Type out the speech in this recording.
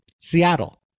Seattle